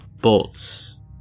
Bolts